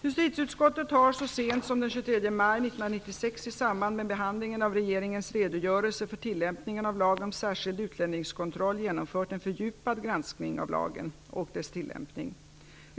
Justitieutskottet har så sent som den 23 maj 1996 i samband med behandlingen av regeringens redogörelse för tillämpningen av lagen om särskild utlänningskontroll genomfört en fördjupad granskning av lagen och dess tillämpning.